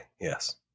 Yes